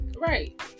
Right